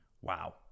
wow